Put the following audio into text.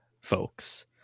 folks